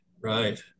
Right